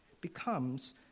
becomes